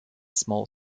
small